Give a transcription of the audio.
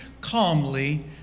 calmly